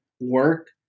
work